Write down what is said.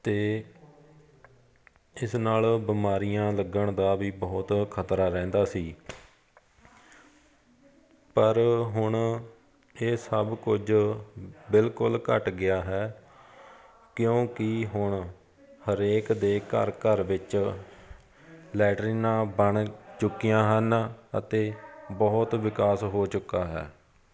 ਅਤੇ ਇਸ ਨਾਲ ਬਿਮਾਰੀਆਂ ਲੱਗਣ ਦਾ ਵੀ ਬਹੁਤ ਖਤਰਾ ਰਹਿੰਦਾ ਸੀ ਪਰ ਹੁਣ ਇਹ ਸਭ ਕੁਝ ਬਿਲਕੁਲ ਘੱਟ ਗਿਆ ਹੈ ਕਿਉਂਕਿ ਹੁਣ ਹਰੇਕ ਦੇ ਘਰ ਘਰ ਵਿੱਚ ਲੈਟਰੀਨਾਂ ਬਣ ਚੁੱਕੀਆਂ ਹਨ ਅਤੇ ਬਹੁਤ ਵਿਕਾਸ ਹੋ ਚੁੱਕਾ ਹੈ